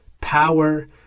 power